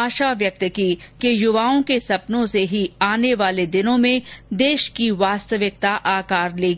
आशा व्यक्त की कि युवाओं के सपनों से ही आने वाले दिनों में देश की वास्तविकता आकार लेगी